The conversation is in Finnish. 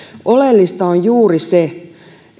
oleellista on juuri se